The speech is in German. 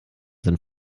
sind